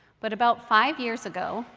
but about five years ago,